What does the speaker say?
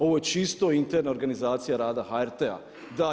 Ovo je čisto interna organizacija rada HRT-a.